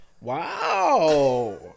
wow